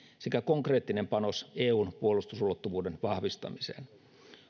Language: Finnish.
sekä konkreettinen panos eun puolustusulottuvuuden vahvistamiseen